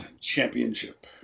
Championship